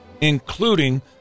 including